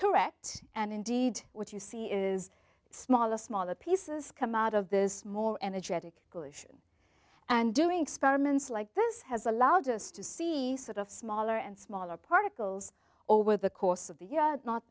correct and indeed what you see is smaller smaller pieces come out of this more energetic glycerin and doing experiments like this has allowed us to see sort of smaller and smaller particles over the course of the year not